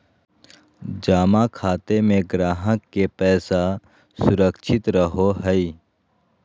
जमा खाते में ग्राहक के पैसा सुरक्षित रहो हइ